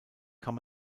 kann